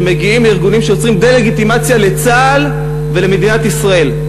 שמגיעים מארגונים שיוצרים דה-לגיטימציה לצה"ל ולמדינת ישראל.